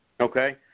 Okay